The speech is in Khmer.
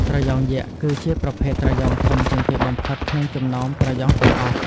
ត្រយងយក្សគឺជាប្រភេទត្រយងធំជាងគេបំផុត ក្នុងចំណោមត្រយងទាំងអស់។